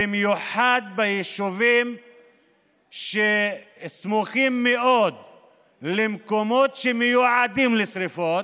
במיוחד ביישובים שסמוכים מאוד למקומות שמועדים לשרפות.